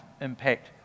impact